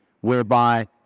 whereby